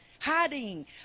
Hiding